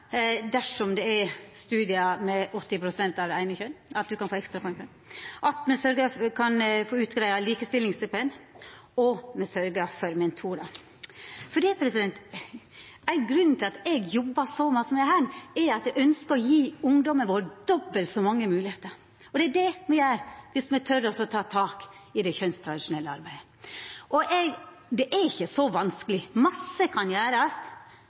dersom det der er 80 pst. eller meir av det eine kjønnet, at me greier ut likestillingsstipend og sørgjer for mentorar. Ein grunn til at eg har jobba så masse med dette, er at eg ønskjer å gje ungdommen vår dobbelt så mange moglegheiter, og det er det me gjer dersom me tør å ta tak i det kjønnstradisjonelle arbeidet. Det er ikkje så vanskeleg. Masse kan gjerast